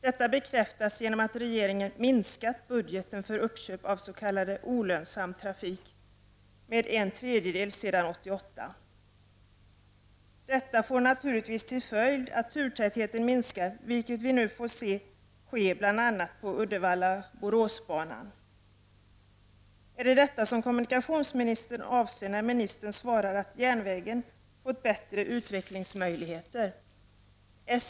Detta bekräftas genom att regeringen minskat budgeten för s.k. olönsam trafik med en tredjedel sedan 1988. Detta får naturligtvis till följd att turtätheten minskar, vilket vi nu kan se på bl.a. Uddevalla-Borås-banan. Är det detta som kommunikationsministern avser när han svarar att järnvägen fått bättre utvecklingsmöjligheter?